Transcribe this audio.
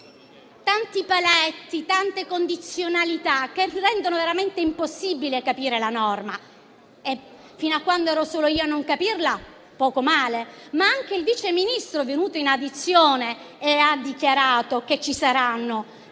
tanti paletti e tante condizionalità che rendono veramente impossibile capire la norma: fino a quando ero solo io a non capirla poco male, se non fosse che anche il Vice Ministro, venuto in audizione, ha dichiarato che ci saranno